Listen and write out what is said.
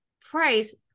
price